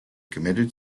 committed